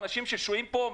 אנשים ששוהים פה?